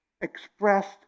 Expressed